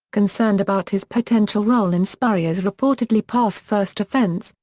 concerned about his potential role in spurrier's reportedly pass-first offense,